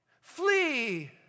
Flee